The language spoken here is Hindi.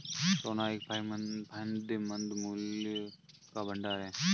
सोना एक फायदेमंद मूल्य का भंडार है